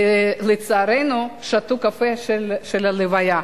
לצערנו, שתו קפה של הלוויה.